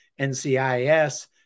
NCIS